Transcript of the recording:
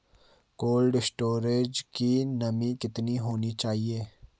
Cold storage की नमी कितनी होनी चाहिए?